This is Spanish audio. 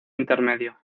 intermedio